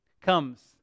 comes